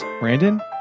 Brandon